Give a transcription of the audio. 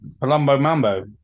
Palumbo-Mambo